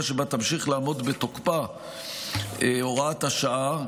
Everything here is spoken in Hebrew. שבה תמשיך לעמוד בתוקפה הוראת השעה,